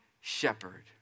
shepherd